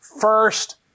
first